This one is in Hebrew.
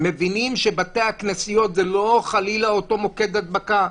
מבינים שבתי הכנסיות זה לא חלילה אותו מוקד הדבקה,